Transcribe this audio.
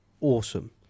awesome